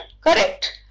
Correct